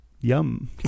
Yum